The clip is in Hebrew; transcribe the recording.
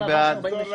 מרצ לא נתקבלה.